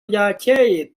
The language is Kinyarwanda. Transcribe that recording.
ryakeye